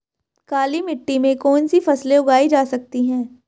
काली मिट्टी में कौनसी फसलें उगाई जा सकती हैं?